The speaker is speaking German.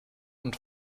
und